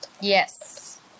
Yes